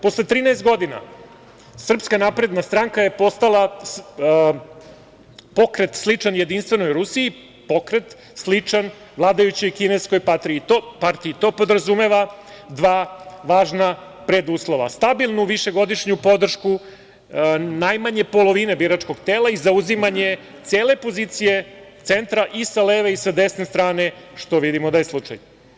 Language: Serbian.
Posle 13 godina SNS je postala pokret sličan Jedinstvenoj Rusiji, pokret sličan vladajućoj kineskoj partiji, to podrazumeva dva važna preduslova, stabilnu višegodišnju podršku, najmanje polovine biračkog tela i zauzimanje cele pozicije centra i sa leve i sa desne strane, što vidimo da je slučaj.